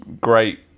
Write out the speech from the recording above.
great